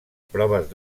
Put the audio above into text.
proves